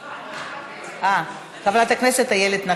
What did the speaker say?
בעד, אין מתנגדים, אין